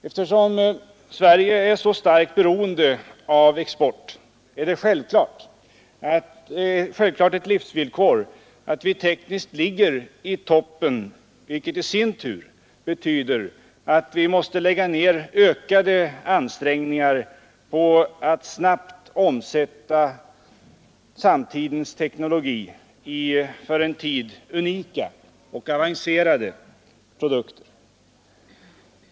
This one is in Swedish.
Eftersom Sverige är så starkt beroende av export är det självklart ett livsvillkor att vi tekniskt ligger i toppen, vilket i sin tur betyder att vi måste lägga ner ökade ansträngningar på att snabbt omsätta samtidens teknologi i för en tid unika och avancerade produkter.